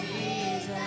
Jesus